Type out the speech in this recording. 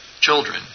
children